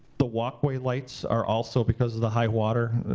the walkway lights are also, because of the high water,